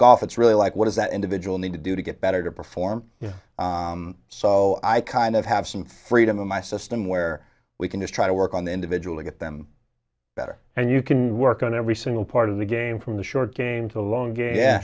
golf it's really like what does that individual need to do to get better to perform so i kind of have some freedom in my system where we can just try to work on the individual to get them better and you can work on every single part of the game from the short game to a lon